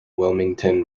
wilmington